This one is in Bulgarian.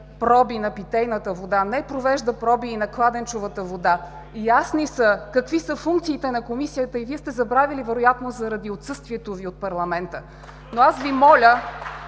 проби на питейната вода, не провежда проби и на кладенчовата вода. Ясни са какви са функциите на Комисията, и Вие сте забравили вероятно заради отсъствието Ви от парламента. (Ръкопляскания